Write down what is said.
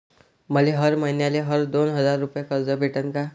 मले हर मईन्याले हर दोन हजार रुपये कर्ज भेटन का?